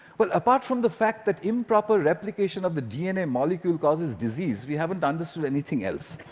well, apart from the fact that improper replication of the dna molecule causes disease, we haven't understood anything else.